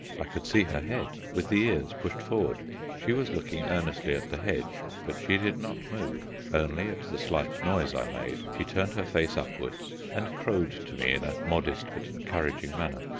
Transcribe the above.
i could see her head, with the ears pushed forward she was looking earnestly at the hedge, but she did not move. only, at the slight noise i made, she turned her face upwards and crowed to me in a modest but encouraging manner.